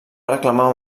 reclamar